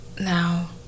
now